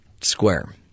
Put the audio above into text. square